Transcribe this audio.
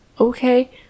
okay